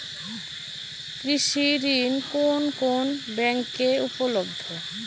কৃষি ঋণ কোন কোন ব্যাংকে উপলব্ধ?